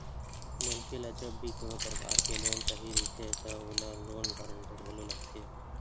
मनखे ल जब भी कोनो परकार के लोन चाही रहिथे त ओला लोन गांरटर घलो लगथे